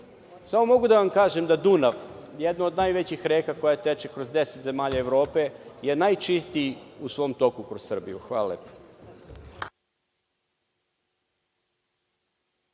samo mogu da vam kažem da Dunav, jedna od najvećih reka koja teče kroz deset zemalja Evrope je najčistiji u svom toku kroz Srbiju. Hvala.